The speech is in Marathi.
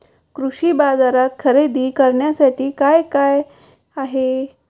कृषी बाजारात खरेदी करण्यासाठी काय काय आहे?